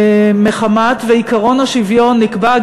מחמת שעקרון השוויון נקבע,